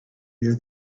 near